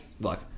look